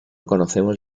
conocemos